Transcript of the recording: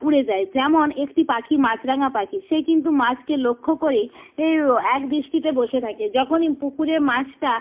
উড়ে যায় যেমন একটি পাখি মাছরাঙা পাখি সে কিন্তু মাছকে লক্ষ্য করে এ ও এক দৃষ্টিতে বসে থাকে যখনই পুকুরে মাছটা